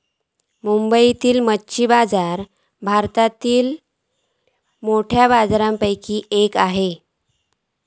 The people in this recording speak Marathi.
मुंबईतलो मच्छी बाजार भारतातल्या मोठ्या बाजारांपैकी एक हा